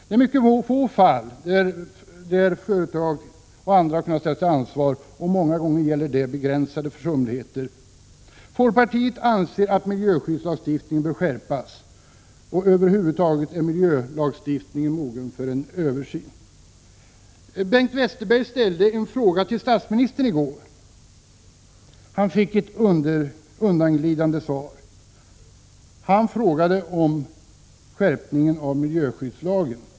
Det är mycket få fall där företag och andra kunnat ställas till ansvar, och många gånger gäller det begränsade försumligheter. Folkpartiet anser att miljöskyddslagstiftningen bör skärpas. Över huvud taget är miljölagstiftningen mogen för en översyn. Bengt Westerberg ställde i går en fråga till statsministern. Han fick ett undanglidande svar. Han frågade om skärpningen av miljöskyddslagen.